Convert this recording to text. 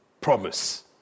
promise